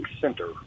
center